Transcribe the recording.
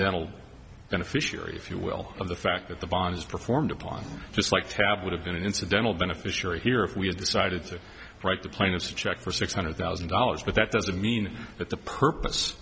dental beneficiary if you will of the fact that the bonds performed upon just like tab would have been an incidental beneficiary here if we had decided to write the plaintiffs a check for six hundred thousand dollars but that doesn't mean that the purpose